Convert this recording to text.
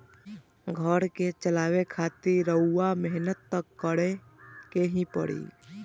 घर के चलावे खातिर रउआ मेहनत त करें के ही पड़ी